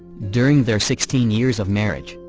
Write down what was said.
during their sixteen years of marriage,